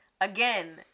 again